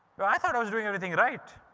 but i thought i was doing everything right.